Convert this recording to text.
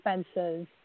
expenses